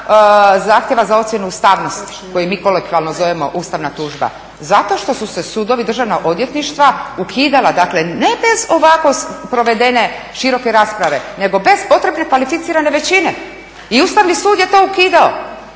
zahtjeva za ocjenu ustavnosti koji mi kolokvijalno zovemo ustavna tužba, zato što su se sudovi, državna odvjetništva ukidala, dakle ne bez ovako provedene široke rasprave nego bez potrebne kvalificirane većine. I Ustavni sud je to ukidao,